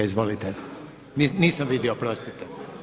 Izvolite, nisam vidio, oprostite.